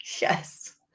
Yes